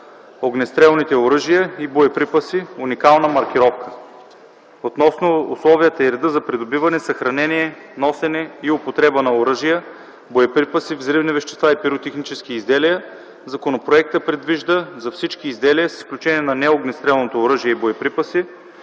огнестрелните оръжия и боеприпаси – уникална маркировка. Относно условията и реда за придобиване, съхранение, носене и употреба на оръжия, боеприпаси, взривни вещества и пиротехнически изделия законопроектът предвижда за всички изделия, с изключение на неогнестрелното оръжие и боеприпаси